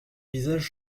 visage